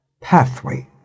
pathway